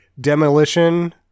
demolition